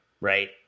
right